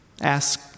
Ask